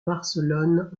barcelone